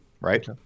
right